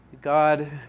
God